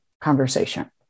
conversation